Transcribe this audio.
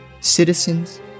citizens